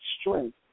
strength